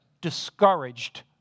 discouraged